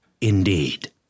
Indeed